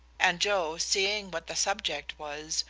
and joe, seeing what the subject was,